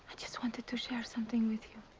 just wanted to share something with you.